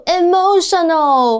emotional